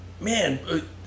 man